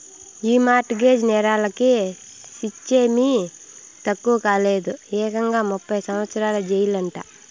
ఈ mortgage నేరాలకి శిచ్చేమీ తక్కువ కాదులే, ఏకంగా ముప్పై సంవత్సరాల జెయిలంట